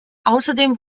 außerdem